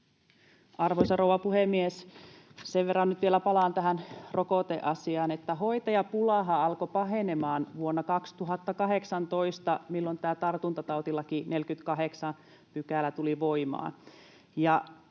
Arvoisa rouva puhemies! Sen verran nyt vielä palaan tähän rokoteasiaan, että hoitajapulahan alkoi pahenemaan vuonna 2018, milloin tämä tartuntatautilain 48 § tuli voimaan.